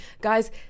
guys